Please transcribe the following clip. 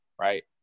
right